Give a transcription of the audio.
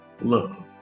love